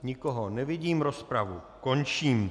Nikoho nevidím, rozpravu končím.